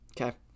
Okay